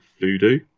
Voodoo